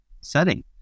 setting